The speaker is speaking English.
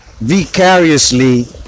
vicariously